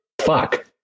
Fuck